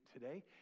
today